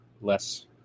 less